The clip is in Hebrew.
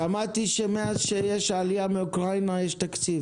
שמעתי שמאז שיש עלייה מאוקראינה יש תקציב.